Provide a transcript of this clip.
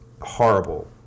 Horrible